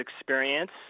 experience –